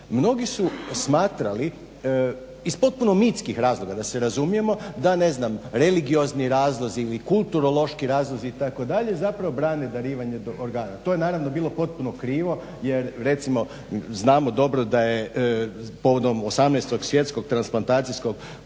Mnogi su smatrali iz potpuno mitskih razloga da se razumijemo da ne znam religiozni razlozi ili kulturološki razlozi ili itd. zapravo brane darivanje organa. To je naravno bilo potpuno krivo, jer recimo znamo dobro da je povodom 18. Svjetskog transplantacijskog